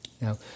Now